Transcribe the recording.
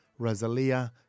Razalia